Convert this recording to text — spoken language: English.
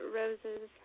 roses